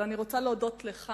אני רוצה להודות לך